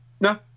No